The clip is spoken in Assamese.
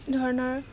ধৰণৰ